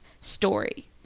story